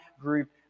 group